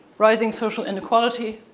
rising social inequality,